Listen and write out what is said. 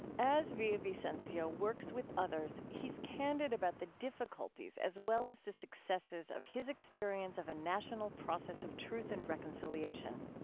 as villa-vicencio works with others, he's candid about the difficulties as well as the successes of his experience of a national process of truth and reconciliation.